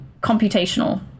computational